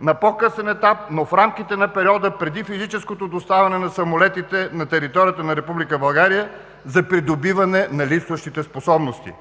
на по-късен етап, но в рамките на периода преди физическото доставяне на самолетите на територията на Република България за придобиване на липсващите способности.“